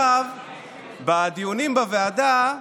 בדיונים בוועדה,